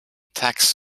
tax